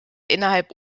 innerhalb